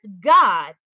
God